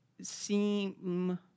seem